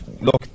look